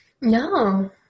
No